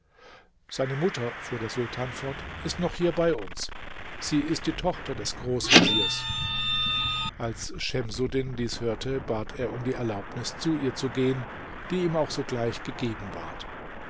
seine mutter fuhr der sultan fort ist noch hier bei uns sie ist die tochter des großveziers als schemsuddin dies hörte bat er um die erlaubnis zu ihr zu gehen die ihm auch sogleich gegeben ward